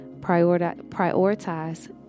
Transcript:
Prioritize